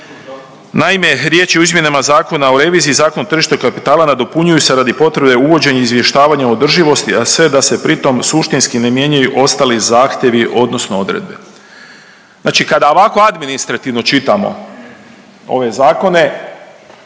Naime, riječ je o izmjenama Zakona o reviziju, Zakon o tržištu kapitala nadopunjuju se radi potrebe uvođenja izvještavanja održivosti, a sve da se pri tom suštinski ne mijenjaju ostali zahtjevi odnosno odredbe. Znači kada ovako administrativno čitamo ove zakone,